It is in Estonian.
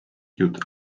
jutt